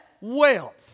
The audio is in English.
wealth